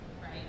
Right